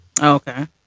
Okay